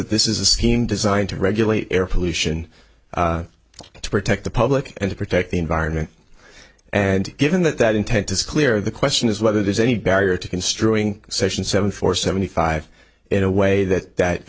that this is a scheme designed to regulate air pollution to protect the public and to protect the environment and given that that intent to sclera the question is whether there's any barrier to construing session seventy four seventy five in a way that that